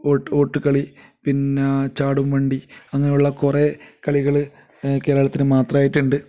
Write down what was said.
ഓട്ടുകളി പിന്നെ ചാടുംവണ്ടി അങ്ങനെയുള്ള കുറേ കളികൾ കേരളത്തിന് മാത്രമായിട്ടുണ്ട്